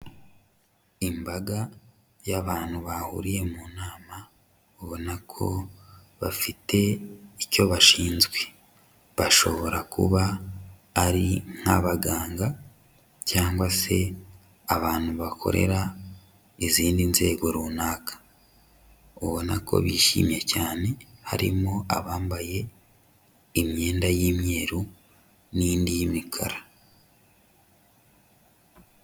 Imbaga y'abantu bahuriye mu nama, ubona ko bafite icyo bashinzwe. Bashobora kuba ari nk'abaganga, cyangwa se abantu bakorera izindi nzego runaka. Ubona ko bishimye cyane, harimo abambaye imyenda y'imyeru, n'indi y'imikara.